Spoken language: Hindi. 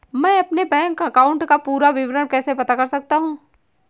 मैं अपने बैंक अकाउंट का पूरा विवरण कैसे पता कर सकता हूँ?